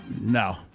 No